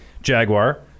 Jaguar